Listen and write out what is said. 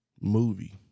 movie